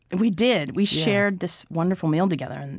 and we did. we shared this wonderful meal together. and